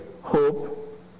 hope